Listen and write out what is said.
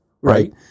Right